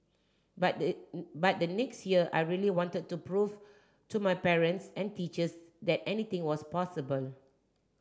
but the but the next year I really wanted to prove to my parents and teachers that anything was possible